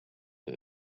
her